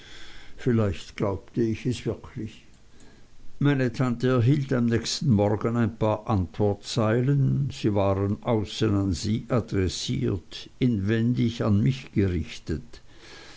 vielleicht glaubte ich es wirklich meine tante erhielt am nächsten morgen ein paar antwortszeilen sie waren außen an sie adressiert inwendig an mich gerichtet